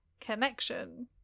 connection